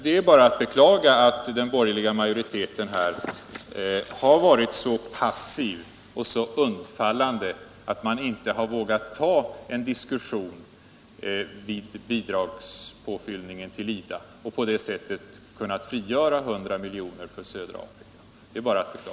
Det är bara att beklaga att den borgerliga ma joriteten har varit så passiv och så undfallande att den inte vågat ta en diskussion om bidragspåfyllningen till IDA och på det sättet kunnat frigöra 100 milj.kr. för södra Afrika.